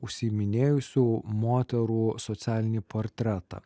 užsiiminėjusių moterų socialinį portretą